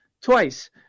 twice